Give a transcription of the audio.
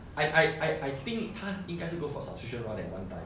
I I I I think 他应该是 go for subscription rather at one time